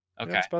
Okay